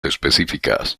específicas